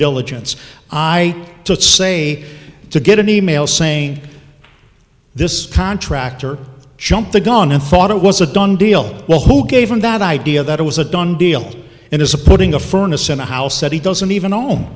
diligence i say to get an e mail saying this contractor jumped the gun and thought it was a done deal well who gave him that idea that it was a done deal and it's a putting a furnace in a house that he doesn't even